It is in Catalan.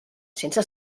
sense